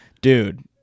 Dude